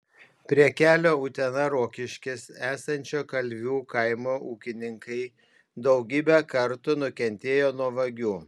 prie kelio utena rokiškis esančio kalvių kaimo ūkininkai daugybę kartų nukentėjo nuo vagių